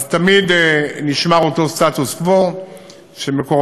תמיד נשמר אותו סטטוס קוו שמקורותיו